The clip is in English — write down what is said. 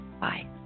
Bye